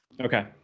Okay